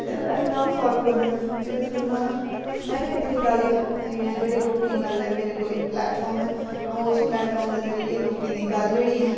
ते बस में ओह् फालो करने दा सोचे दा इस गल्ला में बी अपने गल्ल इ'यां जेह्ड़ी लोकें दी गल्ल ऐ मेरे कोल इक प्लैटफार्म ऐ अ'ऊं अस प्लैटफार्म दे जरिये लोकें दी गल्ल जेह्ड़ी ऐ